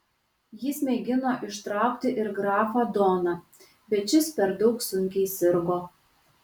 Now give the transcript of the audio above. jis mėgino ištraukti ir grafą doną bet šis per daug sunkiai sirgo